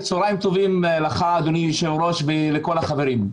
לך, אדוני היושב ראש ולכל החברים.